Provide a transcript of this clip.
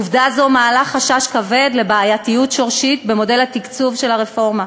עובדה זו מעלה חשש כבד לבעייתיות שורשית במודל התקצוב של הרפורמה.